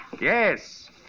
Yes